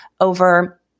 over